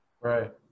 right